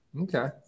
okay